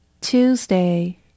Tuesday